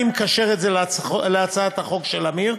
אני מקשר את זה להצעת החוק של עמיר,